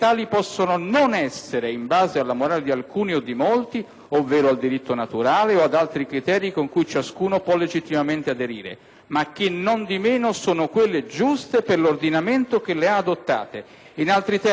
ovvero al diritto "naturale" o ad altri criteri con cui ciascuno può legittimamente aderire, ma che nondimeno sono quelle "giuste" per l'ordinamento che le ha adottate. In altri termini, a nessuno è consentito di sostituirsi agli altri poteri